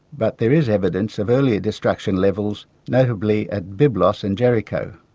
but there is evidence of earlier destruction levels, notably at byblos and jericho.